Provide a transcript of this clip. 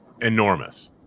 enormous